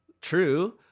true